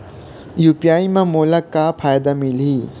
UPI म मोला का फायदा मिलही?